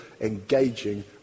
engaging